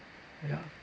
ya